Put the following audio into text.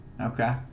Okay